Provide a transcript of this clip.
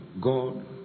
God